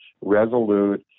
resolute